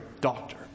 doctor